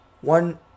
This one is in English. one